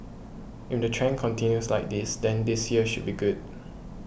if the trend continues like this then this year should be good